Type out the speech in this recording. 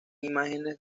imágenes